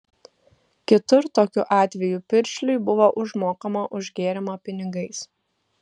kitur tokiu atveju piršliui buvo užmokama už gėrimą pinigais